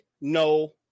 no